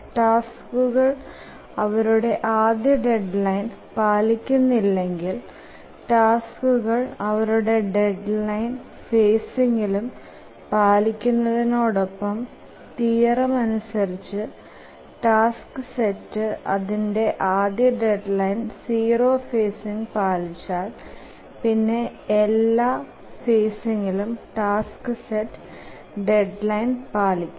ടാസ്കുകൾ അവരുടെ ആദ്യ ഡെഡ്ലൈൻ പാലിക്കുന്നിലെക്കിൽ ടാസ്ക് അവരുടെ ഡെഡ്ലൈൻ എല്ലാ ഫേസിങ്ലും പാലികും അതോടൊപ്പം തിയറമ് അനുസരിച്ചു ടാസ്ക് സെറ്റ് അതിന്ടെ ആദ്യ ഡെഡ്ലൈൻ 0 ഫേസിങ്ഇൽ പാലിച്ചാൽ പിന്നെ എല്ലാ ഫാസിങ്ങിലും ടാസ്ക് സെറ്റ് ഡെഡ്ലൈൻ പാലിക്കും